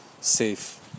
safe